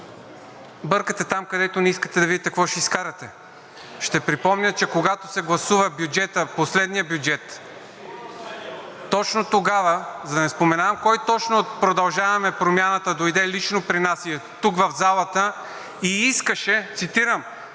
бъркате там, където не искате да видите какво ще изкарате. Ще припомня, че когато се гласува последният бюджет, точно тогава, за да не споменавам кой точно от „Продължаваме Промяната“ дойде лично при нас, и е тук в залата, и искаше, цитирам: